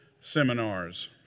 seminars